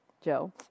Joe